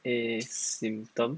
asymptom